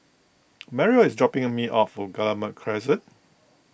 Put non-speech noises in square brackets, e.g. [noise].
[noise] Mario is dropping me off Guillemard Crescent